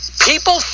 people